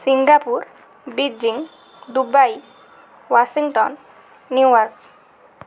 Singapore Beijing Dubai Washington New York